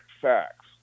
facts